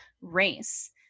race